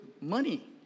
money